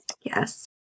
Yes